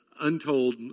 untold